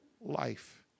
life